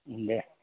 दे